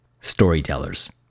storytellers